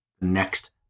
next